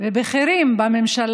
של סמכויותיה ותפקידיה כמפקחת על הממשלה.